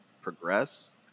progress